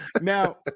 Now